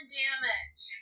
damage